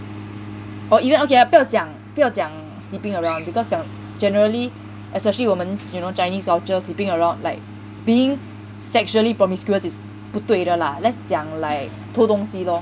or even okay 讲不要讲 sleeping around because 讲 generally especially 我们 you know chinese culture sleeping around like being sexually promiscuous is 不对的 lah let's 讲 like 偷东西 lor